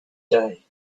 day